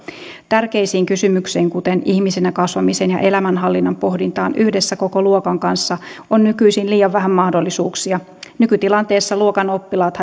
tärkeisiin kysymyksiin kuten ihmisenä kasvamiseen ja elämänhallinnan pohdintaan yhdessä koko luokan kanssa on nykyisin liian vähän mahdollisuuksia nykytilanteessa luokan oppilaat